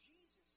Jesus